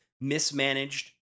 Mismanaged